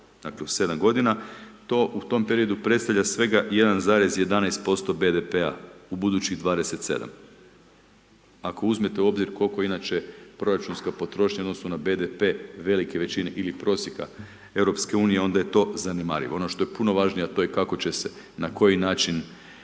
dakle u 7 godina, to u tom periodu predstavlja svega 1,11% BDP-a u budućih 27. Ako uzmete u obzir koliko je inače proračunska potroška odnosno na BDP velike većine ili prosjeka Europske unije, onda je to zanemarivo, ono što je puno važnije to je kako će se, na koji način